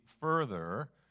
further